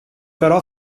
però